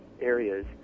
areas